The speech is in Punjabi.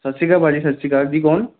ਸਤਿ ਸ਼੍ਰੀ ਅਕਾਲ ਭਾਅ ਜੀ ਸਤਿ ਸ਼੍ਰੀ ਅਕਾਲ ਜੀ ਕੌਣ